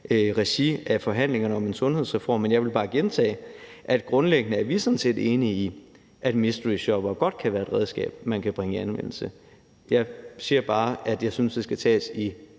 regi af forhandlingerne om en sundhedsreform, men jeg vil bare gentage, at grundlæggende er vi sådan set enige i, at mysteryshoppere godt kan være et redskab, man kan bringe i anvendelse. Jeg siger bare, at jeg synes, det skal tages i